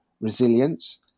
resilience